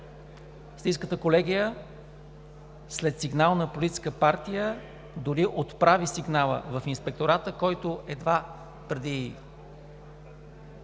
Софийската колегия след сигнал на политическа партия дори отправи сигнала в Инспектората, който едва преди